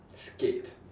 skate